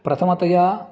प्रथमतया